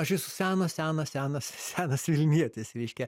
aš esu senas senas senas senas vilnietis reiškia